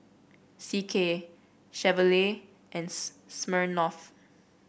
C K Chevrolet and Smirnoff